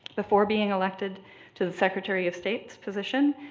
before being elected to the secretary of state's position,